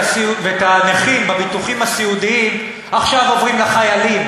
הנכים בביטוחים הסיעודיים עכשיו עוברים לחיילים?